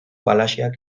galaxiak